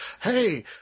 hey